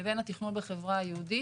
לבין התכנון בחברה היהודית,